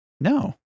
No